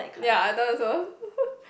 ya I know also